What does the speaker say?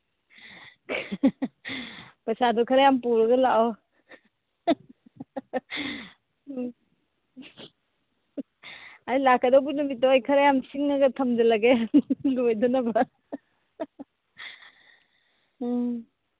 ꯄꯩꯁꯥꯗꯣ ꯈꯔ ꯌꯥꯝ ꯄꯨꯔꯒ ꯂꯥꯛꯑꯣ ꯂꯥꯛꯀꯗꯧꯕ ꯅꯨꯃꯤꯠꯇꯣ ꯑꯩ ꯈꯔ ꯌꯥꯝ ꯁꯤꯡꯉꯒ ꯊꯝꯖꯤꯜꯂꯒꯦ ꯂꯣꯏꯗꯅꯕ ꯎꯝ